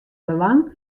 belang